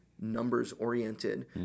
numbers-oriented